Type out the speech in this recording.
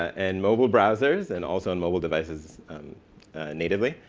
and mobile browsers and also on mobile devices natively.